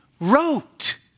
wrote